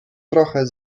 trochę